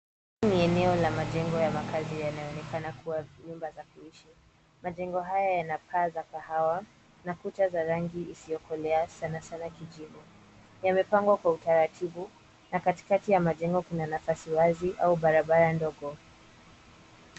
Ni eneo la majengo ya makazi yanayoonekana kuwa nyumba za kuishi. Majengo haya yana paa za kahawa na kuta za rangi isiyokolea sana sana kijivu. Yamepangwa kwa utaratibu na katikati ya majengo kuna nafasi wazi au barabara ndogo.